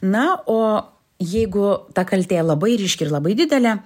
na o jeigu ta kaltė labai ryški ir labai didelė